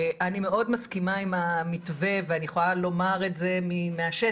אני מאוד מסכימה עם המתווה ואני יכולה לומר את זה מהשטח,